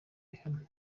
rihanna